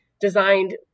Designed